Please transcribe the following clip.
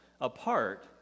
apart